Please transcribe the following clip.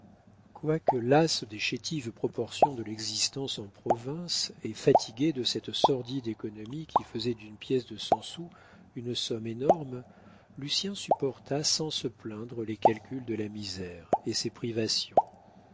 quoique las des chétives proportions de l'existence en province et fatigué de cette sordide économie qui faisait d'une pièce de cent sous une somme énorme lucien supporta sans se plaindre les calculs de la misère et ses privations